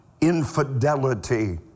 Infidelity